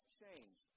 change